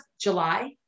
July